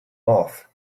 off